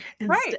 right